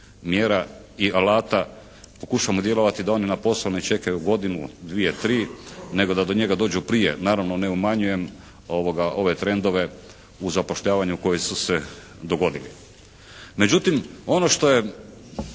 mjera i alata pokušamo djelovati da oni na posao ne čekaju godinu, dvije, tri, nego da do njega dođu prije. Naravno ne u manjem ove trendove u zapošljavanju koji su se dogodili. Međutim, ono što je